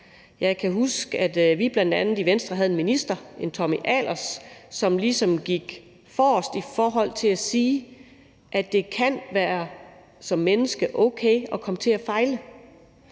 Jeg kan huske, at vi bl.a. i Venstre havde en minister, Tommy Ahlers, som ligesom gik forrest i forhold til at sige, at det som menneske kan være okay at komme til at fejle.